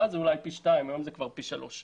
אז זה היה פי שניים, והיום זה כבר פי שלושה.